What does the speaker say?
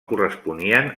corresponien